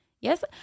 Yes